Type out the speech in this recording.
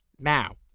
now